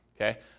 Okay